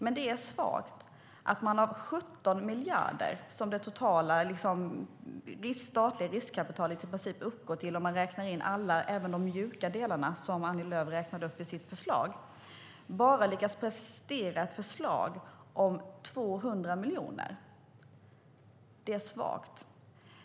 Men det är svagt att man av 17 miljarder, som det totala statliga riskkapitalet i princip uppgår till om man räknar in alla delar, även de mjuka som Annie Lööf räknade upp i sitt förslag, bara lyckas prestera ett förslag om 200 miljoner. Det är svagt.